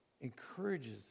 encourages